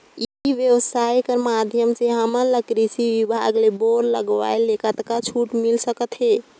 ई व्यवसाय कर माध्यम से हमन ला कृषि विभाग ले बोर लगवाए ले कतका छूट मिल सकत हे?